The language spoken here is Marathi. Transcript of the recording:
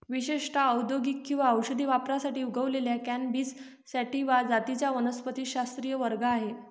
विशेषत औद्योगिक किंवा औषधी वापरासाठी उगवलेल्या कॅनॅबिस सॅटिवा जातींचा वनस्पतिशास्त्रीय वर्ग आहे